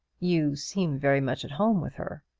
you seem very much at home with her?